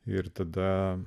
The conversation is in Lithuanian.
ir tada